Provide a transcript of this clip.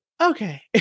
okay